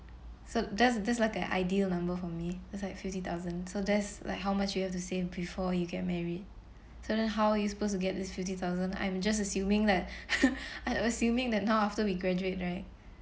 so that's that's like an ideal number for me it's like fifty thousand so there's like how much you have the save before you get married so then how you supposed to get this fifty thousand I'm just assuming leh I'm assuming that now after we graduate right